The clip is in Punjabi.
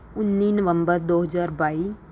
ਉਨੀ ਨਵੰਬਰ ਦੋ ਹਜ਼ਾਰ ਬਾਈ